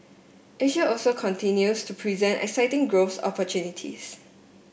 Asia also continues to present exciting growth opportunities